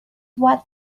what